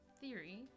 theory